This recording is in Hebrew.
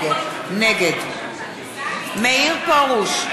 נגד מאיר פרוש,